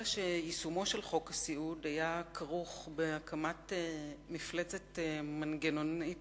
אלא שיישומו של חוק הסיעוד היה כרוך בהקמת מפלצת מנגנונית,